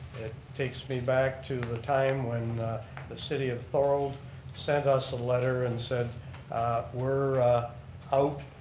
takes me back to the time when the city of thorald sent us a letter and said we're out,